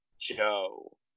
Joe